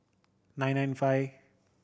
nine nine five